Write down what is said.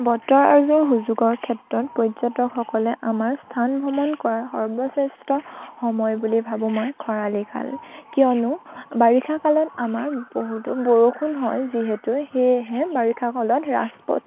বতৰ আৰু সুযোগৰ ক্ষেত্ৰত পৰ্যটকসকলে আমাৰ স্থান ভ্ৰমণ কৰাৰ সৰ্বশ্ৰেষ্ঠ সময় বুলি ভাবোঁ মই খৰালি কাল কিয়নো বাৰিষা কালত আমাৰ বহুতো বৰষুণ হয় যিহেতু সেয়েহে বাৰিষা কালত ৰাজপথ